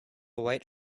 white